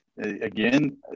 Again